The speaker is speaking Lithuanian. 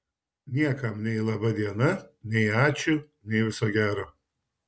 niekam nei laba diena nei ačiū nei viso gero